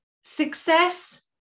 success